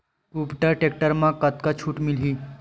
कुबटा टेक्टर म कतका छूट मिलही?